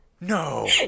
no